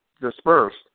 dispersed